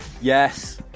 Yes